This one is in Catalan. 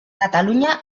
catalunya